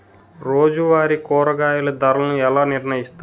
రోజువారి కూరగాయల ధరలను ఎలా నిర్ణయిస్తారు?